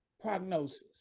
prognosis